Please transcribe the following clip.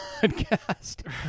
podcast